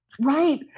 Right